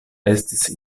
estis